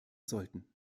sollten